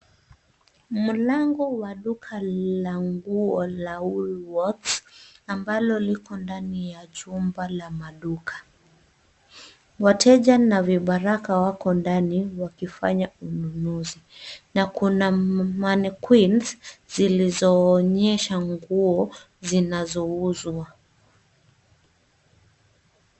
Mlango wa duka la nguo la Woolworths ambalo liko ndani ya jumba la maduka. Wateja na vibaraka wako ndani wakifanya ununuzi na kuna mannequins zilizoonyesha nguo zinazouzwa.